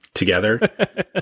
together